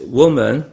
woman